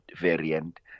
variant